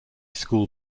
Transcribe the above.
school